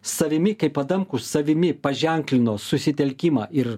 savimi kaip adamkus savimi paženklino susitelkimą ir